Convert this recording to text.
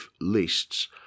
lists